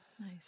nice